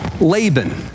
Laban